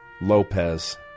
Lopez